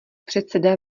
předseda